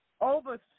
over